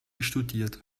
studiert